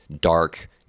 dark